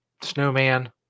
Snowman